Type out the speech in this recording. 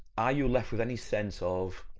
are you left with any sense of,